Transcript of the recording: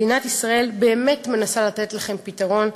מדינת ישראל באמת מנסה לתת לכן פתרון,